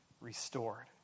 restored